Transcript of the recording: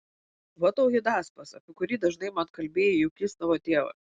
va tau hidaspas apie kurį dažnai man kalbėjai jog jis tavo tėvas